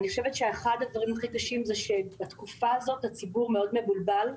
אחד הדברים הכי קשים הוא שבתקופה הזאת הציבור מבולבל מאוד.